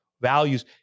values